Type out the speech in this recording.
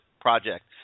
project